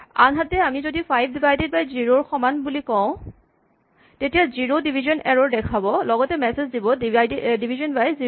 আনহাতে আমি যদি ফাইভ ডিভাইডেড বাই জিৰ' ৰ সমান বুলি কওঁ তেতিয়া জিৰ' ডিভিজন এৰ'ৰ দেখাব লগতে মেছেজ দিব ডিভিজন বাই জিৰ'